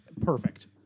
Perfect